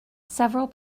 several